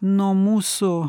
nuo mūsų